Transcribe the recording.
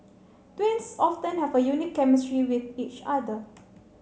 twins often have a unique chemistry with each other